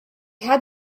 had